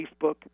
Facebook